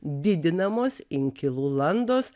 didinamos inkilų landos